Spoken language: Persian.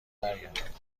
برگردید